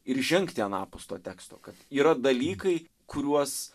ir žengti anapus to teksto kad yra dalykai kuriuos